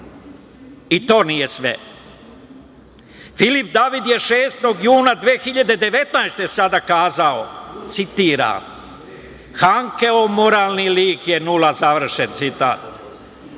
To nije sve. Filip David je 6. juna 2019. godine sada kazao, citiram: „Handkeov moralni lik je nula“, završen citat.